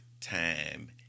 time